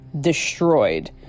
destroyed